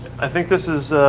i think this